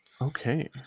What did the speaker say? Okay